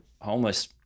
homeless